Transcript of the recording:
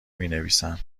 مینویسم